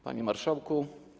Panie Marszałku!